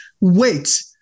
wait